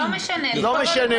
לא משנה, זה לא רלוונטי.